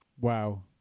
Wow